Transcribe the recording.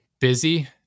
busy